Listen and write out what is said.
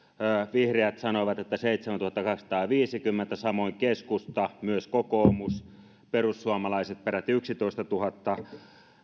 vihreät sanoivat että seitsemäntuhattakahdeksansataaviisikymmentä samoin keskusta myös kokoomus perussuomalaiset peräti yksitoistatuhatta